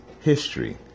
history